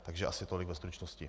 Takže asi tolik ve stručnosti.